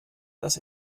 dass